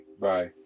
Bye